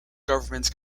governments